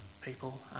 people